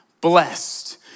blessed